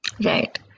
Right